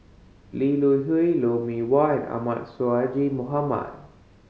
Lee Hui Lou Mee Wah Ahmad Sonhadji Mohamad